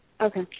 Okay